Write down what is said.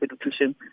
Education